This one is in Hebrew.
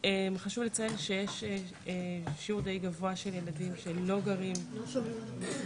רק חשוב לציין שיש שיעור די גבוה של ילדים שלא גרים בתל אביב,